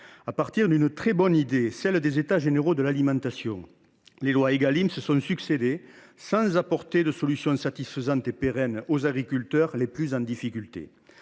À partir d’une très bonne idée, celle des États généraux de l’alimentation, les lois Égalim se sont succédé sans apporter de solutions satisfaisantes ou pérennes aux agriculteurs les plus en difficulté.